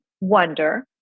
wonder